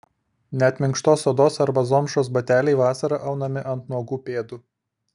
net minkštos odos arba zomšos bateliai vasarą aunami ant nuogų pėdų